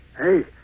Hey